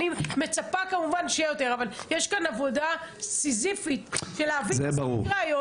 יש כאן עבודה סיזיפית של הבאת ראיות